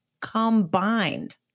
combined